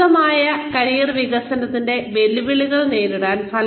ഫലപ്രദമായ കരിയർ വികസനത്തിന്റെ വെല്ലുവിളികൾ നേരിടൽ